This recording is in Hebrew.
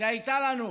שהייתה לנו,